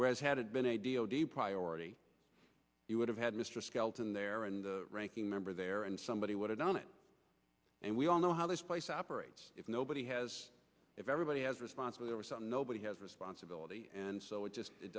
whereas had it been a priority you would have had mr skelton there and ranking member there and somebody would have done it and we all know how this place operates if nobody has if everybody has responsibly or something nobody has responsibility and so it just